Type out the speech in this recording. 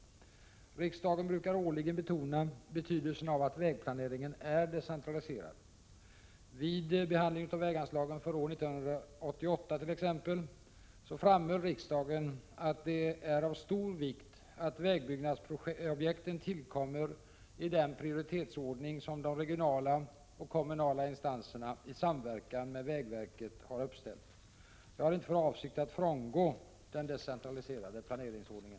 Riksdagen brukar årligen betona betydelsen av att vägplaneringen är decentraliserad. Vid behandlingen av väganslagen för år 1988 framhöll riksdagen att det är av stor vikt att vägbyggnadsobjekten tillkommer i den prioritetsordning som de regionala och kommunala instanserna i samverkan med vägverket har uppställt. Jag har inte för avsikt att frångå den decentraliserade planeringsordningen.